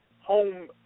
home